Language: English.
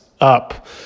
up